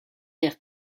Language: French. air